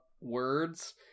words